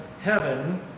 heaven